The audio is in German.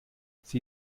sie